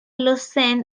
lausanne